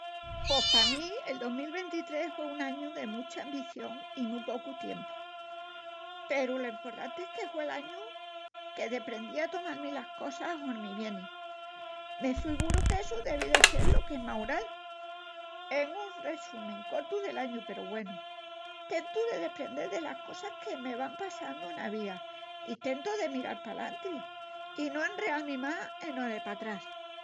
Pos pa mí el dos mil ventitrés hue un añu de mucha ambición i mu pocu tiempu. Peru lo emportanti es que hue'l añu que deprendí a tomal-mi las cosas hormi vienin. Me figuru qu'essu devi de sel lo que es maural. Es un resumi cortu del añu peru, güenu, tentu de deprendel delas cosas que me van passandu ena vida i tentu de miral palantri i no enreal-mi más eno de patrás.